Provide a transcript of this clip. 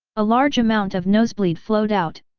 a large amount of nosebleed flowed out,